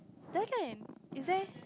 is there